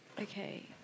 Okay